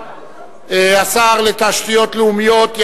השר לתשתיות לאומיות,